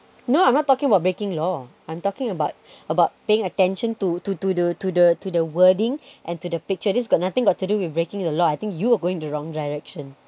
no I'm not talking about breaking law I'm talking about about paying attention to to to to the to the wording and to the picture this got nothing got to do with breaking the law I think you were going the wrong direction